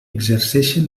exerceixen